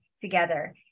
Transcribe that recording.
together